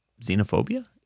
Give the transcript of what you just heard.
xenophobia